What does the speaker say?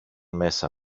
μέσα